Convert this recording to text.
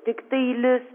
tiktai lis